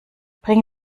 bring